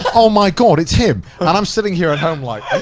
but oh my god! it's him! and i'm sitting here at home like,